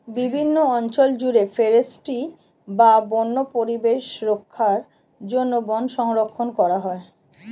বিভিন্ন অঞ্চল জুড়ে ফরেস্ট্রি বা বন্য পরিবেশ রক্ষার জন্য বন সংরক্ষণ করা হয়